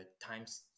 times